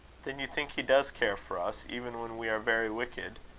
then you think he does care for us, even when we are very wicked.